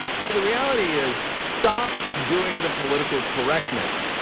so the reality is stop doing the political correctness,